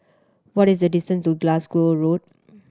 what is the distant to Glasgow Road